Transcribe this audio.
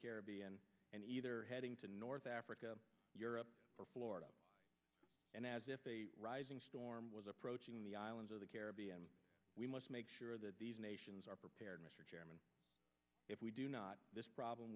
caribbean and either heading to north africa europe or florida and as if a rising storm was approaching the islands of the caribbean we must make sure that these nations are prepared mr chairman if we do not this problem